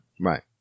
Right